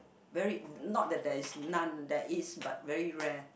very not that that is non that is but very rare